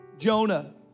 Jonah